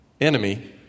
enemy